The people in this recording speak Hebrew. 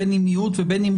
בין אם מיעוט או רוב,